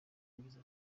yagize